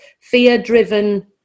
fear-driven